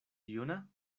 juna